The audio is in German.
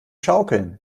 schaukeln